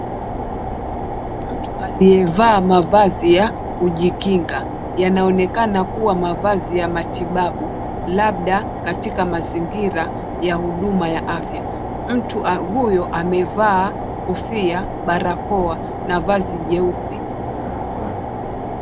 Mtu aliyevaa mavazi ya kujikinga yanayoonekana kuwa mavazi ya matibabu, labda katika mazingira ya huduma ya afya. Mtu huyo amevaa kofia, barakoa na vazi jeupe.